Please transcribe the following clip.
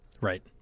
Right